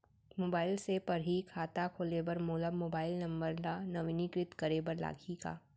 Mobile से पड़ही खाता खोले बर मोला मोबाइल नंबर ल नवीनीकृत करे बर लागही का?